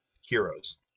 heroes